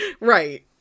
right